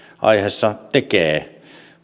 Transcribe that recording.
aiheessa tekee